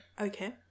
Okay